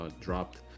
dropped